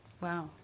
Wow